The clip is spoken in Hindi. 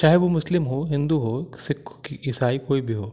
चाहे वो मुस्लिम हों हिन्दू हों सिख हों कि ईसाई कोई भी हों